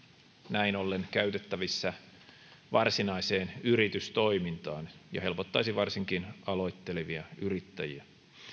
näin ollen käytettävissä varsinaiseen yritystoimintaan mikä helpottaisi varsinkin aloittelevia yrittäjiä